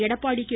Edappadi K